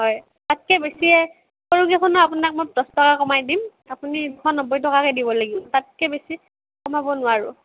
হয় তাতকৈ বেছি সৰু কেইখনো আপোনাক মই দহ টকা কমাই দিম আপুনি দুশ নব্বৈ টকাকে দিব লাগিব তাতকৈ বেছি কমাব নোৱাৰোঁ